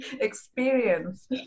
experience